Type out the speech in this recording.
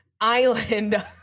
island